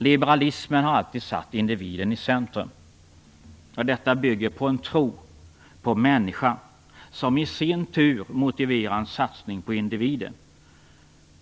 Liberalismen har alltid satt individen i centrum, och detta bygger på en tro på människan som i sin tur motiverar en satsning på individen.